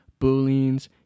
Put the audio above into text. booleans